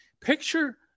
picture